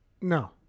No